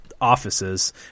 offices